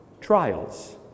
Trials